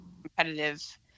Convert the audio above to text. competitive